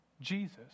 jesus